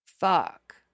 Fuck